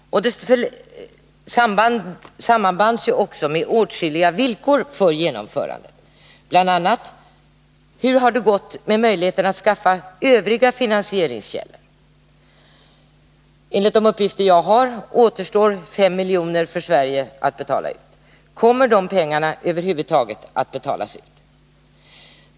Herr talman! Projektet har hela tiden varit ytterligt kontroversiellt, och vid visst av Rädda det sammanbands också med åskilliga villkor för genomförandet. Bl. a. gäller det: Hur har det blivit med övriga finansieringskällor? Enligt de uppgifter jag har återstår 5 miljoner för Sverige att betala ut. Kommer de pengarna över huvud taget att betalas ut?